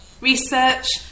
research